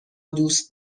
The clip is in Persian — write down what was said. دوست